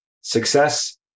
success